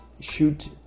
Shoot